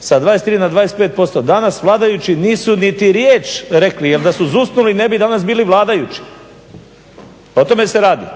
sa 23 na 25% danas vladajući nisu niti riječ rekli. Jer da su zucnuli ne bi danas bili vladajući, o tome se radi.